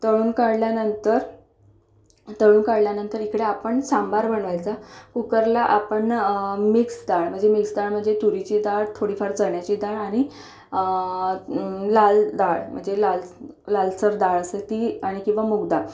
तळून काढल्यानंतर तळून काढल्यानंतर इकडं आपण सांबार बनवायचा कूकरला आपण मिक्स डाळ मिक्स डाळ म्हणजे तुरीची दाळ थोडीफार चण्याची डाळ आणि लाल डाळ म्हणजे लाल लालसर डाळ असेल ती आणि किंवा मूग डाळ